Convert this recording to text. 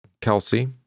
Kelsey